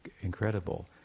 incredible